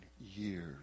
years